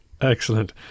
Excellent